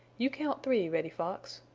you count three, reddy fox,